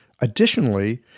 Additionally